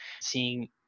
seeing